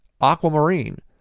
aquamarine